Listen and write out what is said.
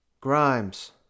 Grimes